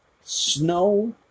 snow